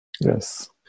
Yes